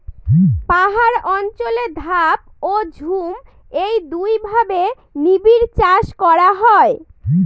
পাহাড় অঞ্চলে ধাপ ও ঝুম এই দুইভাবে নিবিড়চাষ করা হয়